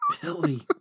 Billy